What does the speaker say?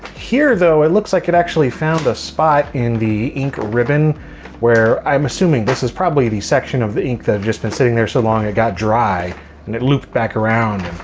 here though it looks like it actually found a spot in the ink ribbon where i'm assuming this is probably the section of the ink that have just been sitting there so long it got dry and it looped back around.